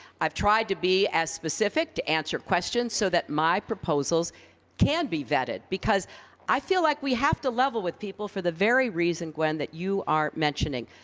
i've tried to be as specific to answer questions so that my proposals can be vetted, because i feel like we have to level with people for the very reason, gwen, that you are mentioning.